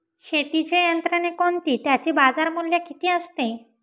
शेतीची यंत्रे कोणती? त्याचे बाजारमूल्य किती असते?